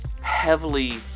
heavily